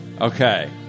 Okay